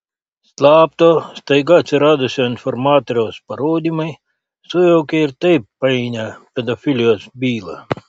slapto staiga atsiradusio informatoriaus parodymai sujaukė ir taip painią pedofilijos bylą